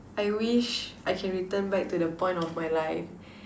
I wish I can return back to the point of my life